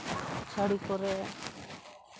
ᱥᱟᱹᱲᱤ ᱠᱚᱨᱮᱜ